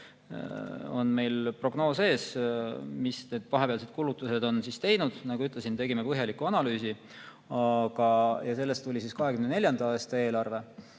on meil ees [hinnang], mida need vahepealsed kulutused on teinud. Nagu ütlesin, tegime põhjaliku analüüsi ja sellest tuli 2024. aasta eelarve.